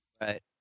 right